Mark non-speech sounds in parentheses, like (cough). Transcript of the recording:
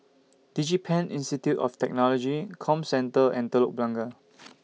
Digipen Institute of Technology Comcentre and Telok Blangah (noise)